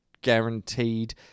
guaranteed